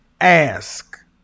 ask